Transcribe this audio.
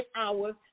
hours